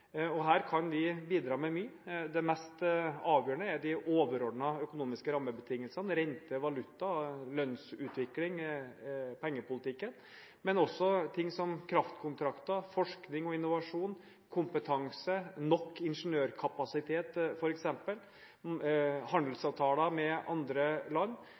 Her kan vi bidra med mye. Det mest avgjørende er de overordnede økonomiske rammebetingelsene: rente, valuta, lønnsutvikling og pengepolitikk. Men også ting som kraftkontrakter, forskning og innovasjon, kompetanse – nok ingeniørkapasitet f.eks. – handelsavtaler med andre land